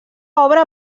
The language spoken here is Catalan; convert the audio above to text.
obra